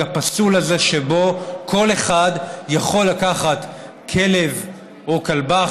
הפסול הזה שבו כל אחד יכול לקחת כלב או כלבה,